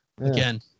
again